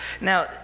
Now